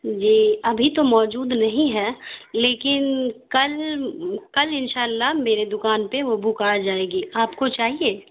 جی ابھی تو موجود نہیں ہے لیکن کل انشاء اللہ میرے دوکان پہ وہ بک آجائے گی آپ کو چاہیے